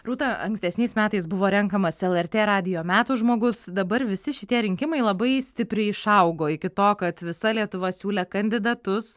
rūta ankstesniais metais buvo renkamas lrt radijo metų žmogus dabar visi šitie rinkimai labai stipriai išaugo iki to kad visa lietuva siūlė kandidatus